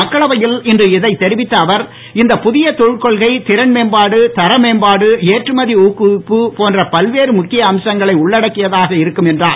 மக்களவையில் இன்று இதைத் தெரிவித்த அவர் இந்த புதிய தொழில் கொள்கை திறன்மேம்பாடு தர மேம்பாடு ஏற்றுமதி ஊக்குவிப்பு போன்ற பல்வேறு முக்கிய அம்சங்களை உள்ளடக்கியதாக இருக்கும் என்றார்